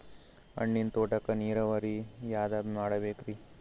ಹಣ್ಣಿನ್ ತೋಟಕ್ಕ ನೀರಾವರಿ ಯಾದ ಮಾಡಬೇಕ್ರಿ?